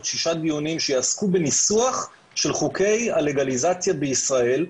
שישה דיונים שיעסקו בניסוח של חוקי הלגליזציה בישראל,